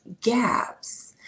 gaps